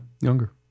younger